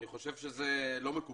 אני חושב שזה לא מקובל.